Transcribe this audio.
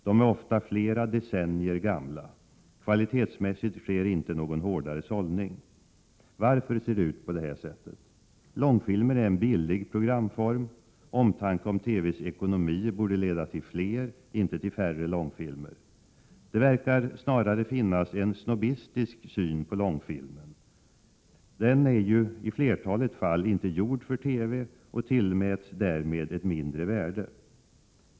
De är ofta flera decennier gamla. Kvalitetsmässigt sker inte någon hårdare sållning. Varför ser det ut på det här sättet? Långfilmer är en billig programform. Omtanke om TV:s ekonomi borde leda till fler, inte till färre, långfilmer. Det verkar snarare finnas en snobbistisk syn på långfilmen. Den är ju i flertalet fall inte gjord för TV och tillmäts därmed ett mindre värde.